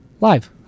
Live